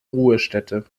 ruhestätte